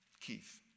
Keith